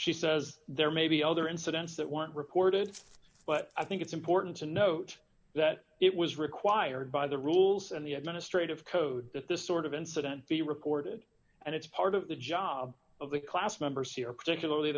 she says there may be other incidents that weren't reported but i think it's important to note that it was required by the rules and the administrative code that this sort of incident be reported and it's part of the job of the class members here particularly